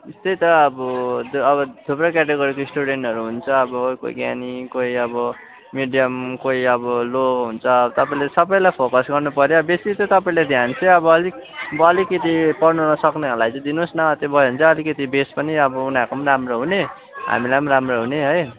त्यही त अब अब थुप्रै केटोगोरीको स्टुडेन्टहरू हुन्छ अब कोही ज्ञानी कोही अब मिडियम कोही अब लो हुन्छ तपाईँले सबैलाई फोकस गर्नुपर्यो बेसी त तपाईँले ध्यान चाहिँ अब अलिक अब अलिकति पढ्न नसक्नेहरूलाई चाहिँ दिनुहोस् न त्यो भयो भने चाहिँ बेस्ट पनि अब उनीहरूको पनि राम्रो हो नि हामीलाई पनि राम्रो हुने है